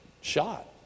shot